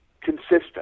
consistent